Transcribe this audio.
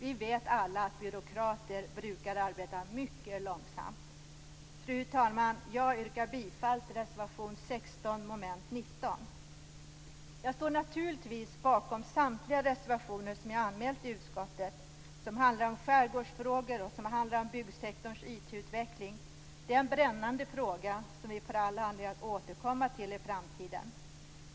Vi vet alla att byråkrater brukar arbeta mycket långsamt. Fru talman! Jag yrkar bifall till reservation 16 under mom. 19. Jag står naturligtvis bakom samtliga reservationer som jag har anmält i utskottet. De handlar om skärgårdsfrågor och byggsektorns IT utveckling. Det är brännande frågor som vi får all anledning att återkomma till i framtiden.